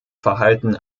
verhalten